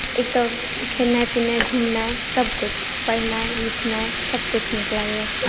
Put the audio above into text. एतय खेनाइ पिनाइ घुमनाइ सभकिछु पढ़नाइ लिखनाइ सभकिछु नीक लगैए